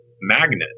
magnet